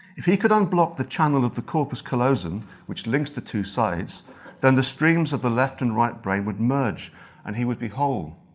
if he could unblock the channel of the corpus callosum which links the two sides then the streams of the left and right brain would merge and he would be whole.